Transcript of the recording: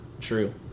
true